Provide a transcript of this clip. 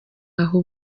aho